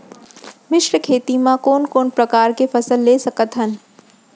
मिश्र खेती मा कोन कोन प्रकार के फसल ले सकत हन?